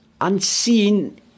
unseen